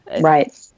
right